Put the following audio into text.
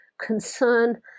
concern